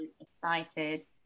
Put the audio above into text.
excited